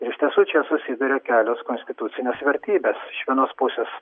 ir iš tiesų čia susiduria kelios konstitucinės vertybės iš vienos pusės